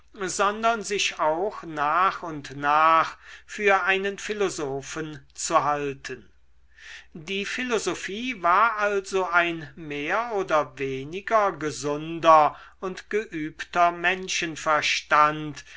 sondern sich auch nach und nach für einen philosophen zu halten die philosophie war also ein mehr oder weniger gesunder und geübter menschenverstand